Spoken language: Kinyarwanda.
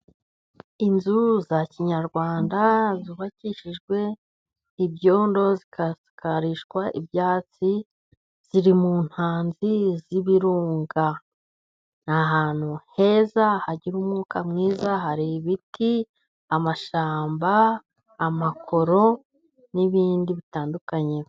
Inzu za kinyarwanda zubakishijwe ibyondo, zigasakarishwa ibyatsi, ziri mu ntanzi z'ibirunga. Ni ahantu heza, hagira umwuka mwiza, hari ibiti, amashyamba, amakoro, n'ibindi bitandukanye.